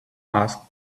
asked